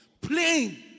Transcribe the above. Plain